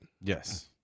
Yes